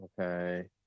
Okay